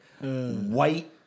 white